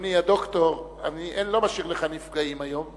אדוני הדוקטור, אני לא משאיר לך נפגעים היום.